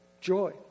joy